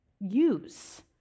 use